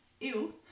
Ew